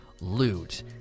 loot